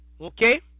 Okay